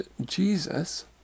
Jesus